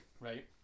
right